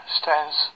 stands